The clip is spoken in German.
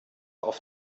auf